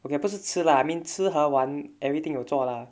okay 不是吃 lah I mean 吃和玩 everything 有做啦